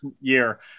year